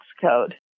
code